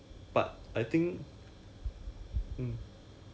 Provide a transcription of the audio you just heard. so on top of my debt then 我现在还要还 this house loan